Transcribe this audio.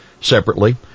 Separately